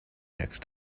next